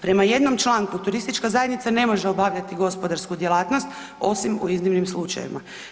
Prema jednom članku turistička zajednica ne može obavljati gospodarsku djelatnost, osim u iznimnim slučajevima.